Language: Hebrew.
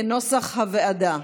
כנוסח הוועדה.